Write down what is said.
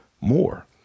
more